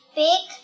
big